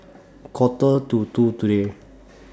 Quarter to two today